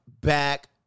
back